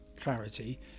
Clarity